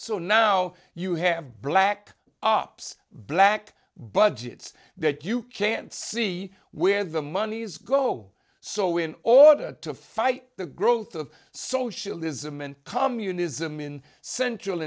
so now you have black ops black budgets that you can't see where the monies go so in order to fight the growth of socialism and communism in central